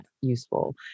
useful